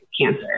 cancer